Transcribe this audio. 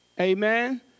Amen